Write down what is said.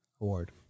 Award